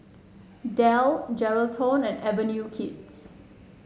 Dell Geraldton and Avenue Kids